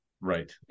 right